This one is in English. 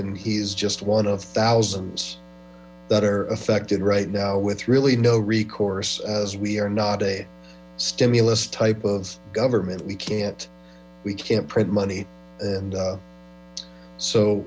and he is just one of thousands that are affected right now with really no recourse as we are not a stimulus type of government we can't we can't print money and